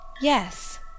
Yes